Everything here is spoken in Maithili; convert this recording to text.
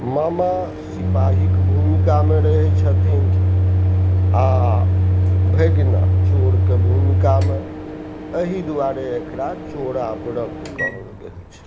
मामा सिपाहीके भूमिकामे रहै छथिन आओर भगिना चोरके भूमिकामे एहि दुआरे एकरा चोरा व्रत कहल गेल छै